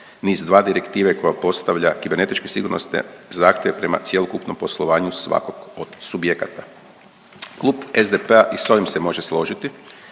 NIS2 direktive koja postavlja kibernetičke sigurnosne zahtjeve prema cjelokupnom poslovanju svakog od subjekata. Klub SDP-a i s ovim se može složiti